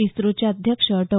इस्रोचे अध्यक्ष डॉ